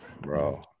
bro